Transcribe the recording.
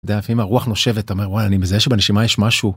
אתה יודע, אם הרוח נושבת, אתה אומר, וואי, אני מזהה שבנשימה יש משהו.